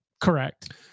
Correct